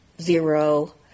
zero